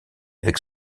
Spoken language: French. avec